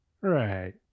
Right